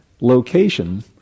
location